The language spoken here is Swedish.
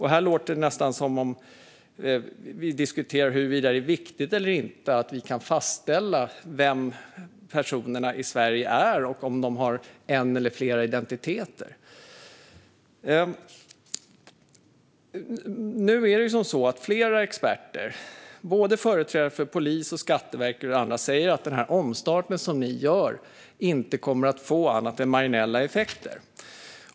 Här låter det nästan som om vi diskuterar huruvida det är viktigt eller inte att vi kan fastställa vilka personerna i Sverige är och om de har en eller flera identiteter. Flera experter, företrädare för såväl polisen som Skatteverket och andra, säger att den omstart som ni gör inte kommer att få annat än marginella effekter.